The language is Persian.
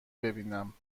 ببینم